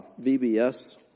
VBS